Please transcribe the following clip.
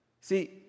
See